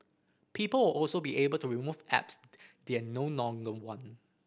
people all also be able to remove apps they are no longer want